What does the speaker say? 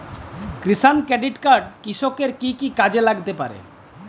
কিষান credit card কৃষকের কি কি কাজে লাগতে পারে?